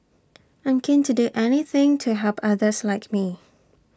I'm keen to do anything to help others like me